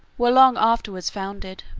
were long afterwards founded.